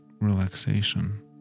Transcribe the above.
relaxation